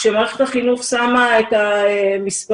כשמערכת החינוך שמה את המספרים,